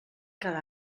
cada